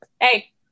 hey